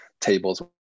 tables